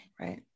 Right